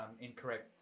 incorrect